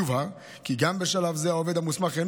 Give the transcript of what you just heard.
יובהר כי גם בשלב זה העובד המוסמך אינו